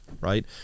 right